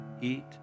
Eat